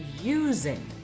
using